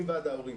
עם ועד ההורים,